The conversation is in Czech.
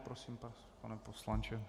Prosím, pane poslanče.